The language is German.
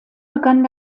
begann